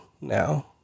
now